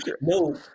no